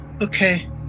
Okay